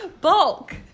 Bulk